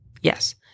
Yes